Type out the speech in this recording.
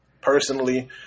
personally